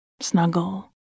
snuggle